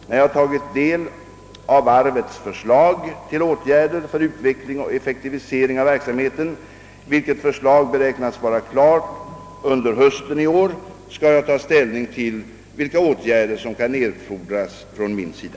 När jag tagit del av varvets förslag till åtgärder för utveckling och effektivisering av verksamheten, vilket förslag beräknas vara klart under hösten i år, skall jag ta ställning till vilka åtgärder som kan erfordras från min sida.